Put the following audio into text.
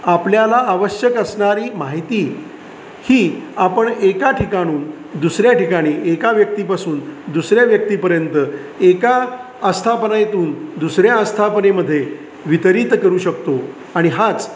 आपल्याला आवश्यक असणारी माहिती ही आपण एका ठिकाणून दुसऱ्या ठिकाणी एका व्यक्तीपासून दुसऱ्या व्यक्तीपर्यंत एका आस्थापनेतून दुसऱ्या अस्थापनेमध्ये वितरित करू शकतो आणि हाच